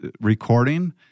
recording